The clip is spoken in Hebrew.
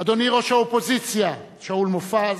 אדוני ראש האופוזיציה שאול מופז,